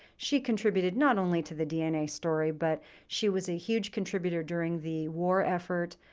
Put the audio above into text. she contributed not only to the dna story, but she was a huge contributor during the war effort,